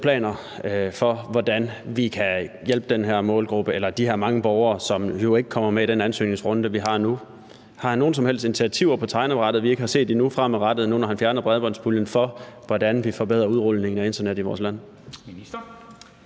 planer for, hvordan vi kan hjælpe den her målgruppe eller de mange borgere, som jo ikke kommer med i den ansøgningsrunde, vi har nu? Har han nogen som helst initiativer på tegnebrættet, vi ikke har set endnu, nu når han fjerner bredbåndspuljen, altså initiativer til, hvordan vi forbedrer udrulningen af internet i vores land